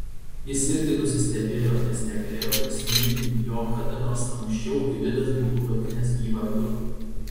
jis irgi nusistebėjo nes negalėjo prisiminti jog kada nors anksčiau gvidas būtų vadinęs jį vardu